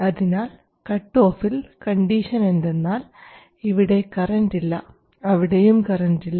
അതിനാൽ കട്ടോഫിൽ കണ്ടീഷൻ എന്തെന്നാൽ ഇവിടെ കറണ്ട് ഇല്ല അവിടെയും കറണ്ട് ഇല്ല